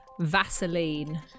vaseline